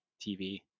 TV